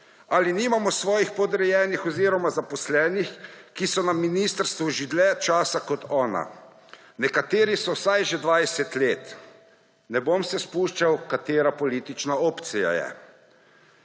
Ali nimamo podrejenih oziroma zaposlenih, ki so na ministrstvu že dlje časa kot ona? Nekateri so vsaj že 20 let. Ne bom se spuščal v to, katera politična opcija je.